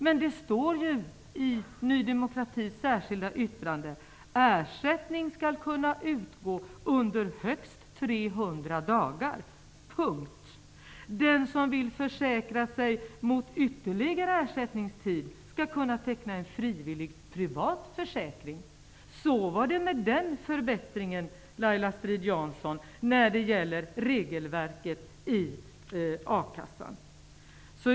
Men det står i Ny demokratis särskilda yttrande att ersättningen bara skall utgå under högst 300 dagar -- punkt! Den som vill försäkra sig för ytterligare ersättningstid skall kunna teckna en frivillig privat försäkring. Så var det med den förbättringen, Laila Strid-Jansson, när det gäller regelverket i a-kassan!